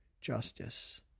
justice